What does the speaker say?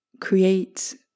create